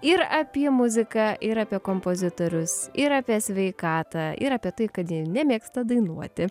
ir apie muziką ir apie kompozitorius ir apie sveikatą ir apie tai kad ji nemėgsta dainuoti